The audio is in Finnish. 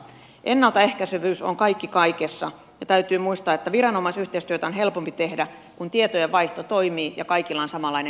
ennaltaehkäisevyys on kaikki kaikessa ja täytyy muistaa että viranomaisyhteistyötä on helpompi tehdä kun tietojenvaihto toimii ja kaikilla on samanlainen tilannekuva